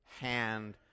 hand